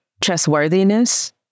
trustworthiness